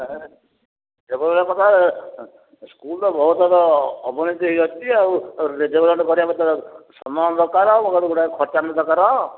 ସ୍କୁଲର ବହୁତର ଅବନତି ହୋଇଅଛି ଆଉ ସମୟ ଦରକାର ଗୁଡ଼ାଏ ଖର୍ଚ୍ଚ ଦରକାର